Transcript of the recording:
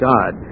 God